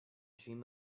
dream